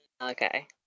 Okay